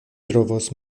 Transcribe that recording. trovos